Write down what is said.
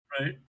right